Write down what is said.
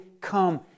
come